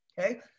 Okay